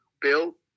Bill